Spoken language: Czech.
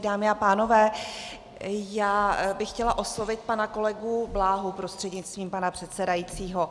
Dámy a pánové, já bych chtěla oslovit pana kolegu Bláhu prostřednictvím pana předsedajícího.